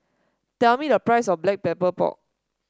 tell me the price of Black Pepper Pork